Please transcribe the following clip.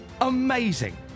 amazing